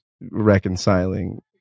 reconciling